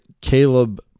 caleb